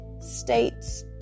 States